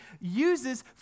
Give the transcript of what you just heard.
uses